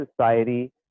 society